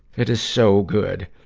that is so good.